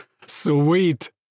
Sweet